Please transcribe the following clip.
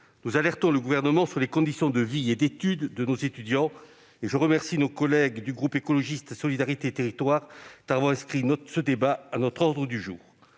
nous alertons le Gouvernement sur les conditions de vie et d'études de nos étudiants. Je remercie nos collègues du groupe Écologiste - Solidarité et Territoires d'avoir demandé l'inscription de ce débat à l'ordre du jour